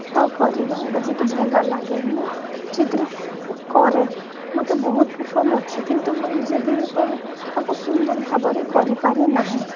ଆଉ କରିବା ବହୁତ ଭଲ ଲାଗେ ମୁଁ ଚିତ୍ର କରେ ମୋତେ ବହୁତ ପସନ୍ଦ ଅଛି କିନ୍ତୁ ମୁଁ ଯେବେ ବି କରେ ତାକୁ ସୁନ୍ଦର ଭାବରେ କରିପାରେ ନାହିଁ